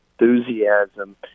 enthusiasm